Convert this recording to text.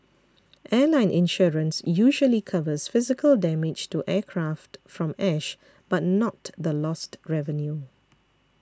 airline insurance usually covers physical damage to aircraft from ash but not the lost revenue